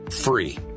free